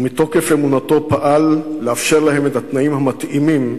ומתוקף אמונתו פעל לאפשר להם את התנאים המתאימים,